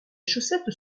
chaussettes